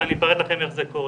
אני אפרט לכם כיצד זה קורה.